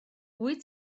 wyt